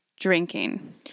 drinking